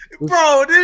Bro